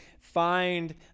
find